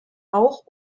auch